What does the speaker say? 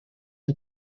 een